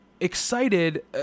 excited